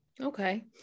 Okay